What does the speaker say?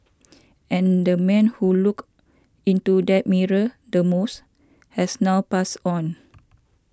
and the man who looked into that mirror the most has now passed on